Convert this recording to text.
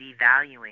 devaluing